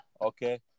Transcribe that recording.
Okay